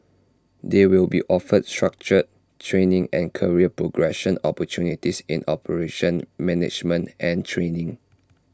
they will be offered structured training and career progression opportunities in operations management and training